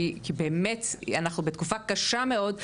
כי באמת אנחנו בתקופה קשה מאוד,